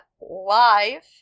live